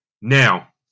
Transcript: Now